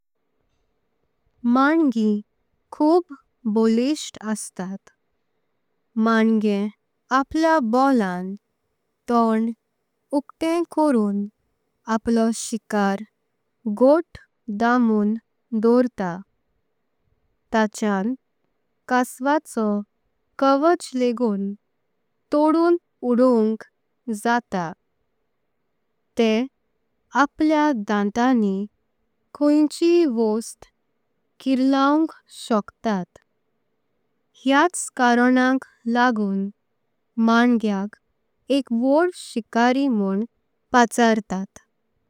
मन्नगिं कुंभ बोल्लीख्त अस्तात मन्नगें आपल्या बोलान तोंड उगटे करुन आपलो शिकर गोट्ट दामुन दौरता। ताचेयां कासवाचो कवच लेगून थोडून उडोवंक जाता। ते आपल्या दांतानी कोईच ई वस्त कीरलोन्क। शोकतात हेच कारण्नाक लागून मन्नगेयांक। एक व्होड्ड शिकारी म्होंन पचारतात।